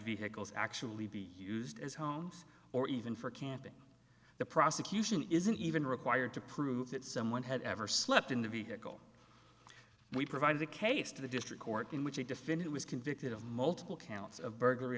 vehicles actually be used as homes or even for camping the prosecution isn't even required to prove that someone had ever slept in the vehicle we provided the case to the district court in which the defendant was convicted of multiple counts of burglary